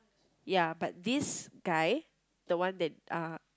ya but this guy the one that uh